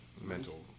Mental